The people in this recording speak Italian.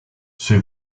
sui